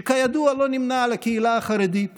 שכידוע לא נמנה עם הקהילה החרדית